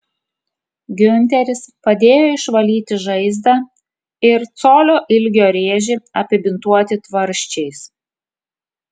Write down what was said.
giunteris padėjo išvalyti žaizdą ir colio ilgio rėžį apibintuoti tvarsčiais